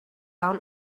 down